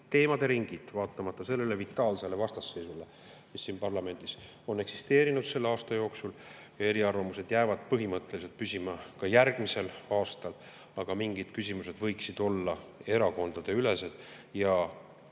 teemaringid, vaatamata sellele vitaalsele vastasseisule, mis siin parlamendis on eksisteerinud selle aasta jooksul. Eriarvamused jäävad põhimõtteliselt püsima ka järgmisel aastal, aga mingid küsimused võiksid olla erakondadeülesed ja